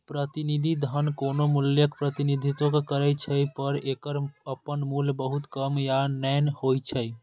प्रतिनिधि धन कोनो मूल्यक प्रतिनिधित्व करै छै, पर एकर अपन मूल्य बहुत कम या नै होइ छै